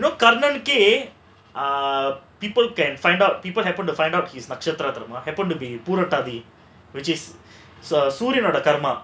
Karnan K பீத்தோவன்:karnan kae beethovan you know carmel gay ah people can find out people happen to find out he's பூரட்டாதி:pooraataathi which is சூர்யனோட கர்மா:surayanoda karmaa